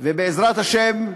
ובעזרת השם,